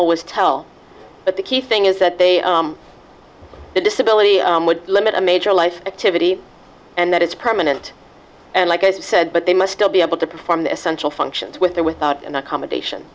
always tell but the key thing is that they are the disability would limit a major life activity and that is permanent and like i said but they must still be able to perform essential functions with or without an accommodation